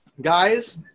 guys